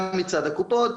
גם מצד הקופות,